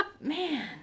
man